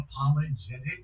Unapologetic